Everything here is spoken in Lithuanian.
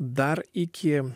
dar iki